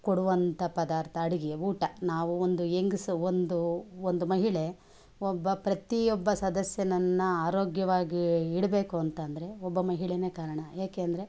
ಕೊಡುವಂಥ ಪದಾರ್ಥ ಅಡುಗೆ ಊಟ ನಾವು ಒಂದು ಹೆಂಗಸು ಒಂದು ಒಂದು ಮಹಿಳೆ ಒಬ್ಬ ಪ್ರತಿಯೊಬ್ಬ ಸದಸ್ಯನನ್ನು ಆರೋಗ್ಯವಾಗಿ ಇಡಬೇಕು ಅಂತಂದರೆ ಒಬ್ಬ ಮಹಿಳೆನೇ ಕಾರಣ ಯಾಕೆಂದರೆ